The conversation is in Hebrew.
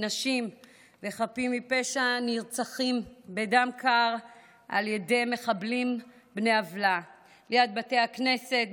נשים וחפים מפשע נרצחים בדם קר על ידי מחבלים בני עוולה ליד בתי הכנסת,